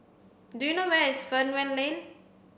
do you know where is Fernvale Lane